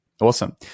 Awesome